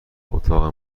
اتاق